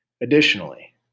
Additionally